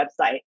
website